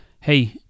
hey